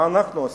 מה אנחנו עושים?